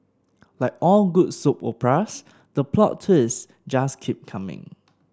like all good soap operas the plot twists just keep coming